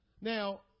Now